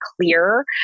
clear